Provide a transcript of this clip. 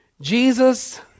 Jesus